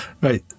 Right